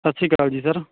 ਸਤਿ ਸ਼੍ਰੀ ਅਕਾਲ ਜੀ ਸਰ